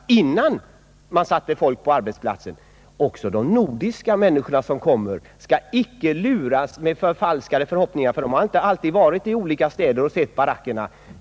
Inte heller de människor som kommer från de övriga nordiska länderna skall luras eller inges falska förhoppningar om att det finns bostäder som väntar på dem — de har inte alltid varit i de olika städerna och sett barackerna.